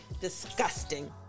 Disgusting